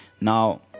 Now